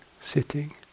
sitting